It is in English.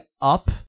up